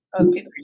Okay